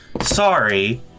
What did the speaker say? Sorry